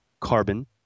carbon